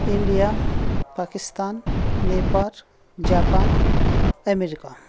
India Pakistan Nepal Japan America